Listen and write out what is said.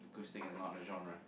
acoustic is not a genre